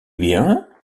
bien